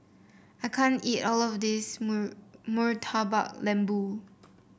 I can't eat all of this Murtabak Lembu